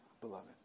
beloved